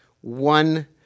one